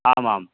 आमाम्